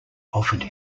offered